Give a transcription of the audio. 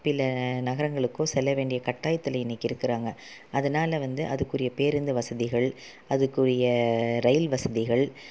பில நகரங்களுக்கோ செல்லவேண்டிய கட்டாயத்தில் இன்னைக்கு இருக்குறாங்க அதனால வந்து அதுக்குரிய பேருந்து வசதிகள் அதுக்குரிய ரயில் வசதிகள்